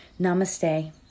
namaste